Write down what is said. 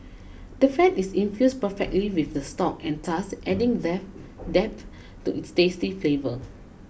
the fat is infused perfectly with the stock and thus adding depth to its tasty flavour